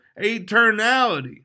eternality